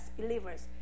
believers